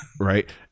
Right